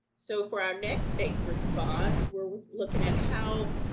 so, for our next state response, we're looking at how